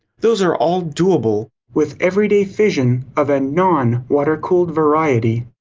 those are all doable with everyday fission of a non-water-cooled variety.